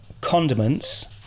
Condiments